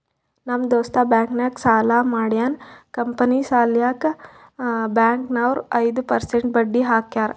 ನಮ್ ದೋಸ್ತ ಬ್ಯಾಂಕ್ ನಾಗ್ ಸಾಲ ಮಾಡ್ಯಾನ್ ಕಂಪನಿ ಸಲ್ಯಾಕ್ ಬ್ಯಾಂಕ್ ನವ್ರು ಐದು ಪರ್ಸೆಂಟ್ ಬಡ್ಡಿ ಹಾಕ್ಯಾರ್